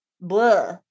blah